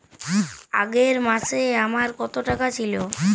আগের মাসে আমার কত টাকা ছিল?